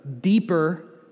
deeper